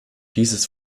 dieses